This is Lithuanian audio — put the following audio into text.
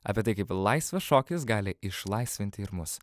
apie tai kaip laisvas šokis gali išlaisvinti ir mus